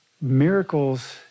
miracles